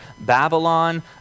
Babylon